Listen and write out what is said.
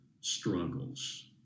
struggles